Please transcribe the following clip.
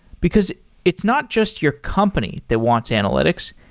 because it's not just your company that wants analytics.